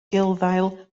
gulddail